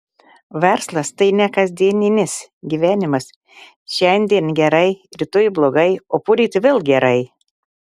verslas tai ne kasdieninis gyvenimas šiandien gerai rytoj blogai o poryt vėl gerai